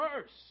first